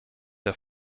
der